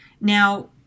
Now